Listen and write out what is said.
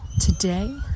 Today